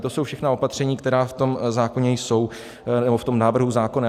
To jsou všechna opatření, která v tom zákoně jsou, nebo v tom návrhu zákona.